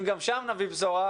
אם גם שם נביא בשורה,